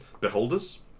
Beholders